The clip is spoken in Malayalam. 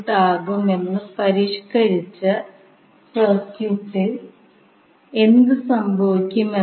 5 ഹെൻറി ഇൻഡക്റ്റർ ഉണ്ടെങ്കിൽ നിങ്ങൾക്ക് ലഭിക്കും